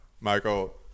Michael